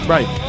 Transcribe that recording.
Right